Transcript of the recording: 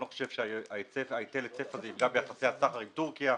אני לא חושב שהיטל ההיצף הזה יפגע ביחסי הסחר עם טורקיה.